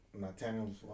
Nathaniel's